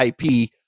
IP